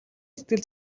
сэтгэл